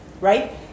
right